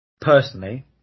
personally